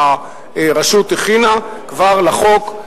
שהרשות הכינה כבר לחוק,